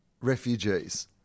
refugees